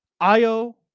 IO